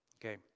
Okay